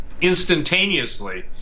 instantaneously